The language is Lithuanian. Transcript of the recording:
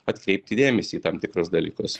atkreipti dėmesį į tam tikrus dalykus